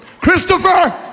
Christopher